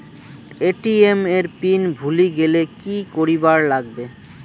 ATM এর PIN ভুলি গেলে কি করিবার লাগবে?